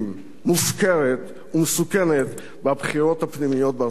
מופקרת ומסוכנת בבחירות הפנימיות בארצות-הברית.